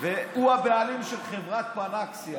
הוא הבעלים של חברת פנאקסיה.